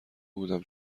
بودم